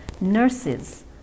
nurses